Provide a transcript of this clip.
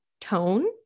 tone